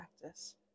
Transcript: practice